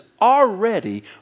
already